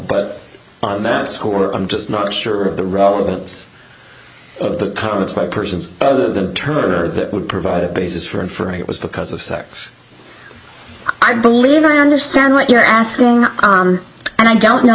but on that score i'm just not sure of the relevance of the comments by persons other than turner that would provide a basis for inferring it was because of sex i believe i understand what you're asking and i don't know